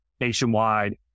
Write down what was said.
nationwide